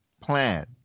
plan